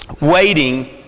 waiting